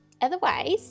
otherwise